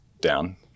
down